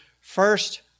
first